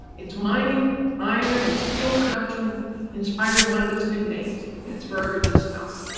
it's mining, iron, and steel production inspired one of its nicknames, the pittsburgh of the south.